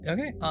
Okay